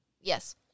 Yes